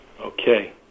Okay